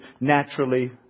naturally